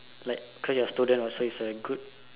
like pray your students also is like good